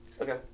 Okay